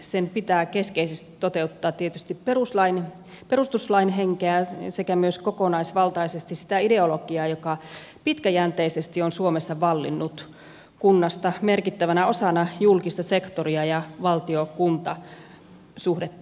sen pitää keskeisesti toteuttaa tietysti perustuslain henkeä sekä kokonaisvaltaisesti sitä ideologiaa joka pitkäjänteisesti on suomessa vallinnut kunnasta merkittävänä osana julkista sektoria ja valtiokunta suhdetta